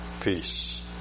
peace